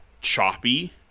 choppy